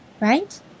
right